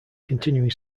continuing